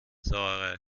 sauerei